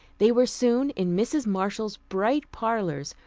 they were soon in mrs. marshall's bright parlors,